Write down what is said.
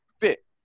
fit